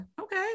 Okay